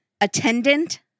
attendant